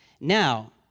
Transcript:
Now